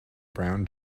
brown